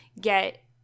get